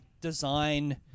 design